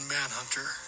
Manhunter